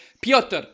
Piotr